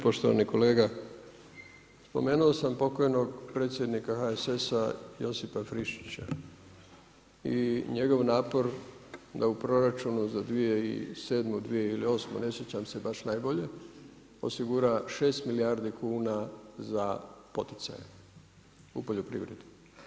Poštovani kolega, spomenuo sam pokojnog predsjednika HSS Josipa Frišića i njegov napor da u proračunu za 2007., ili 2008. ne sjećam se baš najbolje osigura 6 milijardi kuna za poticaje u poljoprivredi.